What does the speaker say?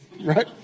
right